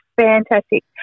fantastic